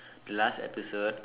the last episode